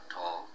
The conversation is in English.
Tall